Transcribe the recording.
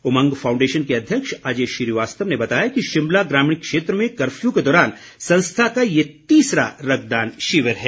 उमंग foundation के अध्यक्ष अजय श्रीवास्तव ने बताया कि शिमला ग्रामीण क्षेत्र में कर्फ्यू के दौरान संस्था का ये तीसरा रक्तदान शिविर है